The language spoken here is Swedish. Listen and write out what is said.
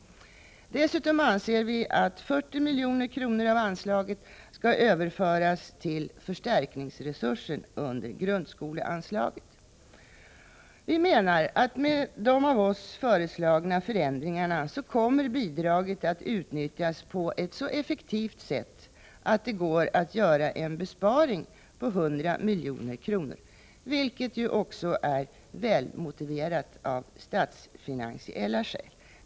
Dessutom anser vi att 40 milj.kr. av SÅS-anslaget bör överföras till förstärkningsresursen under grundskoleanslaget. Vi menar att bidraget med de av oss föreslagna förändringarna kommer att utnyttjas på ett så effektivt sätt att det går att göra en besparing på 100 milj.kr., vilket också är välmotiverat av statsfinansiella skäl.